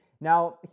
Now